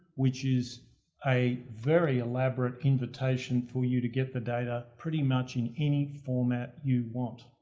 which is a very elaborate invitation for you to get the data pretty much in any format you want.